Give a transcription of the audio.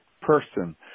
person